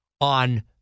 on